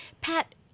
Pat